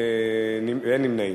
ואין נמנעים.